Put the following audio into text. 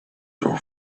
your